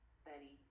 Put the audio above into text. study